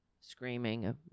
screaming